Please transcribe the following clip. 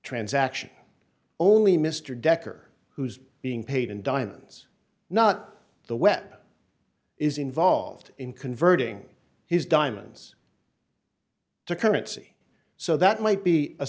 transaction only mr decker who's being paid in diamonds not the weapon is involved in converting his diamonds to currency so that might be a